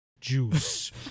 juice